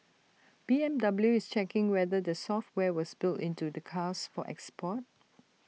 B M W is checking whether the software was built into the cars for export